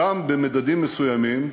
שם, במדדים מסוימים,